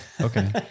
Okay